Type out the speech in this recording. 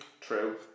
True